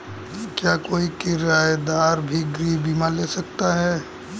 क्या कोई किराएदार भी गृह बीमा ले सकता है?